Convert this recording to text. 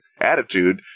attitude